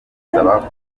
bisaba